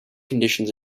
conditions